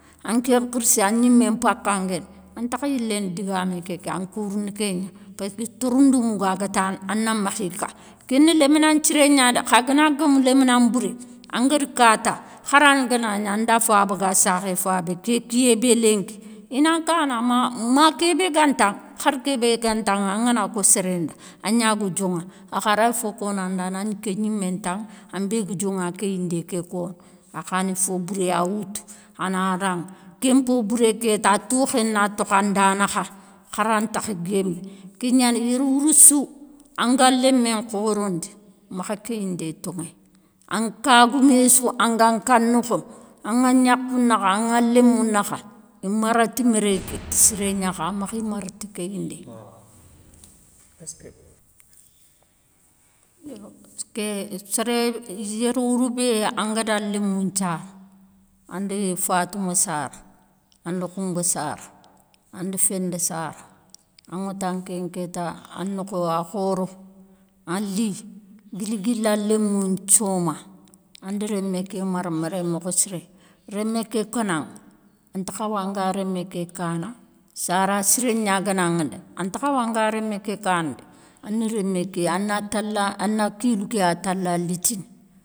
An ké nkhirssé a gnimé npakanguéni an takha yiléné digamé ké kéŋa an kourounou kéŋa passki, torounda mougou a gata a na makhi ka kéni léminan nthiré gna dé, kha gana gomou lémina nbouré, angada ka ta hara ganagni anda faba ga sakhé fabé, ké kiyé bé lenki i na nkana ma, ma ké bé gantaŋa har kébé gantaŋa angana ko séré nda, a gnaga dioŋa a kha ray fo koŋanda a na gni ké gnimé ntaŋa, an bé ga dioŋa kéyindé ké kono, a kha na fo bouré ya woutou, a na raŋa, ken po bouré kéta, a tokhé na tonkhanda nakha, kharantakha guémé. Ké gnani yérouwouroussou, anga lémé nkhorondi makha kéyindé toŋéye. Ka goumé sou anga nka nokho anga gnakhou nakha, anga lémou nakha imara ti méréyé siré gna kha makhi mara ti kéyindé, yérouwourou bé angada lémou nthiara, andi fatouma sara, andi khoumba sara, andi fenda sara aŋata an keŋa kéta a nokho a khoro, a li guili guila lémou nthioma anda rémé ké mara, méré mokho siré, rémé ké keunaŋa anta khawa anga rémé ké kana sara siré gna guenaŋa dé anta khawa anga rémé ké klana ana rémé ké ana tala ana kilou kéya tala litini.